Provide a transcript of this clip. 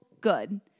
good